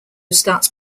starts